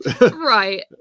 right